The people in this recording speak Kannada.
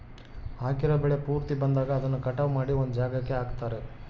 ಹಾಕಿರೋ ಬೆಳೆ ಪೂರ್ತಿ ಬಂದಾಗ ಅದನ್ನ ಕಟಾವು ಮಾಡಿ ಒಂದ್ ಜಾಗಕ್ಕೆ ಹಾಕ್ತಾರೆ